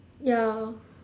ya